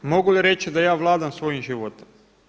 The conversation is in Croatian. Mogu li ja reći da ja vladam svojim životom?